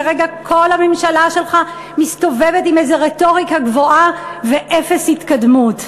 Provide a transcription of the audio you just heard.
כרגע כל הממשלה שלך מסתובבת עם איזה רטוריקה גבוהה ואפס התקדמות.